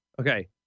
Okay